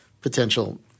potential